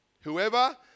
Whoever